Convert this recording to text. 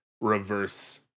reverse